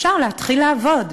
אפשר להתחיל לעבוד: